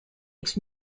its